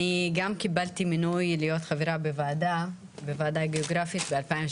אני גם קיבלתי מינוי להיות חברה בוועדה גיאוגרפית ב-2017.